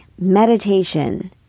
meditation